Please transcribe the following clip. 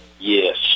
Yes